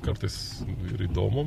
kartais ir įdomu